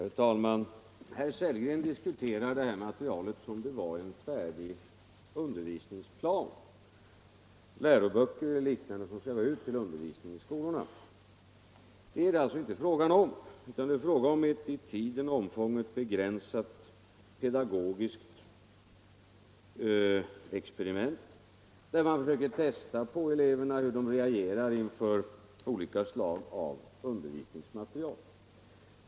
Herr talman! Herr Sellgren diskuterar det här materialet som om det var en färdig undervisningsplan, som om det var fråga om läroböcker eller liknande som skall användas vid undervisning i skolorna. Det är det alltså inte — det är fråga om ett i tiden och till omfånget begränsat pedagogiskt experiment, där man försöker testa hur eleverna reagerar inför olika slag av undervisningsmaterial.